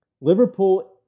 Liverpool